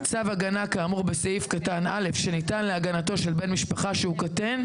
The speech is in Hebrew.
צו הגנה כאמור בסעיף קטן (א) שניתן להגנתו של בן משפחה שהוא קטין,